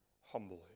humbly